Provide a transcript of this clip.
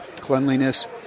Cleanliness